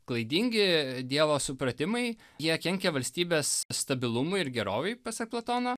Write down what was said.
klaidingi dievo supratimai jie kenkia valstybės stabilumui ir gerovei pasak platono